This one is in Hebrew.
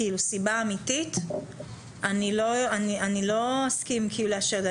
כאילו, סיבה אמיתית אני לא אסכים לאשר את זה.